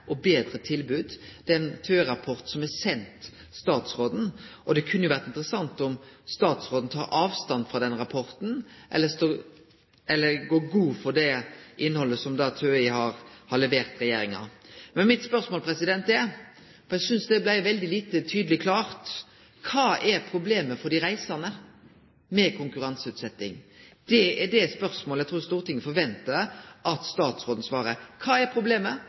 og betre tilbod. Det er ein TØI-rapport som er send statsråden. Det kunne jo vore interessant om statsråden tek avstand frå den rapporten, eller går god for det innhaldet TØI har levert regjeringa. Mitt spørsmål er, for eg synest det blei veldig lite klart og tydeleg: Kva er problemet for dei reisande med konkurranseutsetjing? Det er det spørsmålet som eg trur Stortinget forventar at statsråden svarer på. Kva er for dei reisande problemet